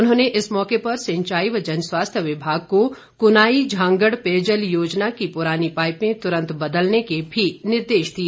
उन्होंने इस मौके पर सिंचाई व जनस्वास्थ्य विभाग को कुनाई झांगड़ पेयजल योजना की पुरानी पाईपें तुरंत बदलने के भी निर्देश दिए